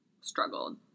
struggled